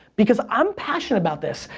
because i'm passionate about this.